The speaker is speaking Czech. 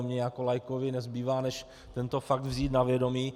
Mně jako laikovi nezbývá, než tento fakt vzít na vědomí.